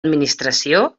administració